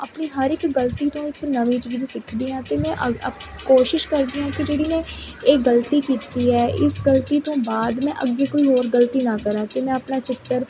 ਆਪਣੀ ਹਰ ਇੱਕ ਗਲਤੀ ਤੋਂ ਇੱਕ ਨਵੀਂ ਚੀਜ਼ ਸਿੱਖਦੀ ਹਾਂ ਅਤੇ ਮੈਂ ਕੋਸ਼ਿਸ਼ ਕਰਦੀ ਹਾਂ ਕਿ ਜਿਹੜੀ ਨੇ ਇਹ ਗਲਤੀ ਕੀਤੀ ਹੈ ਇਸ ਗਲਤੀ ਤੋਂ ਬਾਅਦ ਮੈਂ ਅੱਗੇ ਕੋਈ ਹੋਰ ਗਲਤੀ ਨਾ ਕਰਾਂ ਅਤੇ ਮੈਂ ਆਪਣਾ ਚਿੱਤਰ